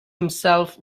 himself